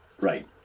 Right